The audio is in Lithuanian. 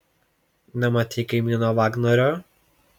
nematei kaimyno vagnorio